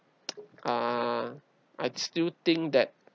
uh I'd still think that